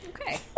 okay